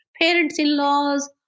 parents-in-laws